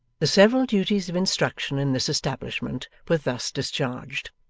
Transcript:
the several duties of instruction in this establishment were thus discharged.